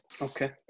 Okay